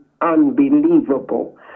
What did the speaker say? unbelievable